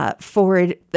forward